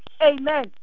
Amen